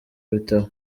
bitabo